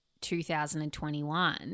2021